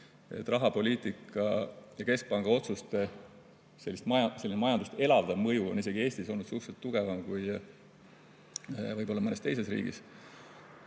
et rahapoliitika ja keskpanga otsuste majandust elavdav mõju on Eestis olnud suhteliselt tugevam kui võib-olla mõnes teises riigis.